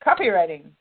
Copywriting